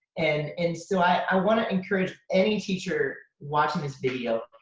and and so i wanna encourage any teacher watching this video,